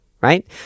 Right